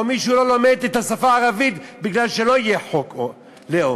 או מישהו לא לומד את השפה הערבית כי לא יהיה חוק לאום.